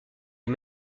est